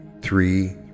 three